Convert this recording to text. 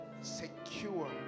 secure